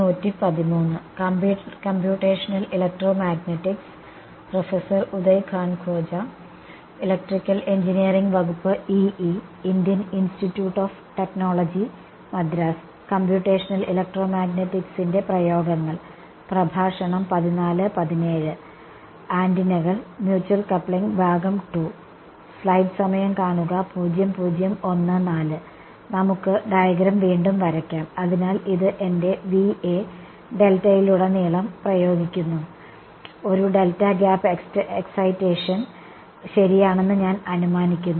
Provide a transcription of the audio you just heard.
നമുക്ക് ഡയഗ്രം വീണ്ടും വരയ്ക്കാം അതിനാൽ ഇത് എന്റെ ഡെൽറ്റയിലുടനീളം പ്രയോഗിക്കുന്നു ഒരു ഡെൽറ്റ ഗ്യാപ്പ് എക്സൈറ്റേഷൻ ശരിയാണെന്ന് ഞാൻ അനുമാനിക്കുന്നു